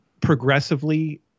progressively